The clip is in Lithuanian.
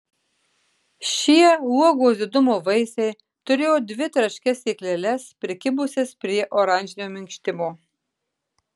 šie uogos didumo vaisiai turėjo dvi traškias sėkleles prikibusias prie oranžinio minkštimo